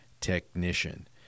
technician